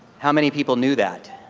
how many people knew that?